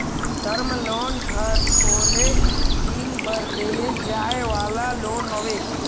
term loan हर थोरहें दिन बर देहे जाए वाला लोन हवे